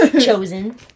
Chosen